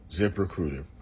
ZipRecruiter